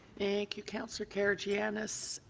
thank you, councillor karygiannis.